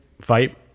fight